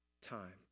time